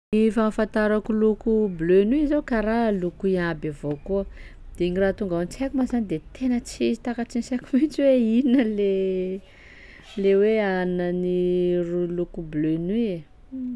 Ny fahafantarako loko bleu nuit zao karaha loko iaby avao koa, de gny raha tonga ao an-tsaiko ma zany de tena tsy takatsy ny saiko mihitsy hoe inona le le hoe aninan'ny ro loko bleu nuit e.